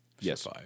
Yes